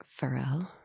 Pharrell